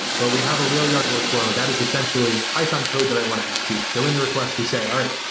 but we have a railyard workflow. that is essentially python code that i want to execute. so in the request we say, all right,